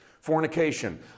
Fornication